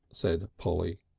said polly.